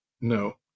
No